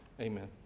Amen